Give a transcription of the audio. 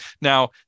now